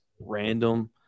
random